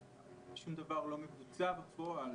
מה צריך לעשות ושום דבר לא מבוצע בפועל.